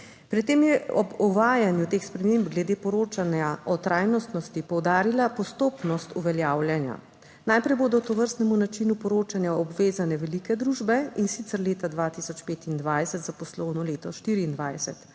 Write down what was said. Pri tem je ob uvajanju teh sprememb glede poročanja o trajnostnosti poudarila postopnost uveljavljanja. Najprej bodo tovrstnemu načinu poročanja obvezane velike družbe, in sicer leta 2025 za poslovno let 2024,